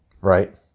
Right